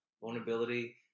vulnerability